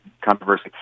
controversy